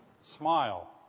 smile